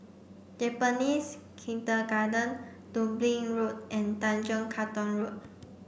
Japanese Kindergarten Dublin Road and Tanjong Katong Road